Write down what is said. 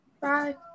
Bye